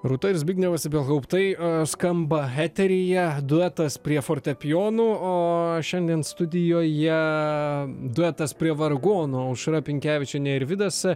rūta ir zbignevas ibelhauptai e skamba eteryje duetas prie fortepijonų o šiandien studijoje duetas prie vargonų aušra pinkevičienė ir vidas